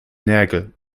nägel